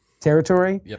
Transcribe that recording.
territory